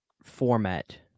format